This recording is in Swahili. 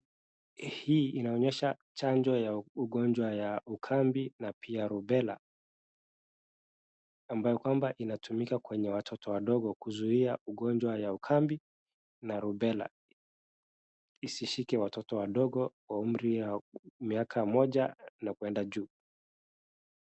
Hii inaonyesha chajo ya ugonjwa ya ukambi na pia rumbela ambayo kwamba inatumika kwenye watoto wadogo kuzuia ugonjwa ya ukambi na rumbela isishike watoto wadogo wa umri wa miaka moja na kwenda juu.